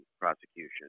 prosecution